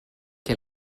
que